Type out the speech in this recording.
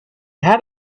had